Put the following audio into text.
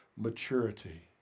maturity